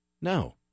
No